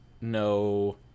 No